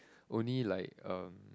only like uh